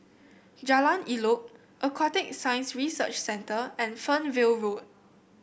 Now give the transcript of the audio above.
Jalan Elok Aquatic Science Research Centre and Fernvale Road